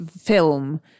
film